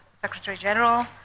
Secretary-General